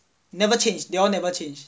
never change they all never change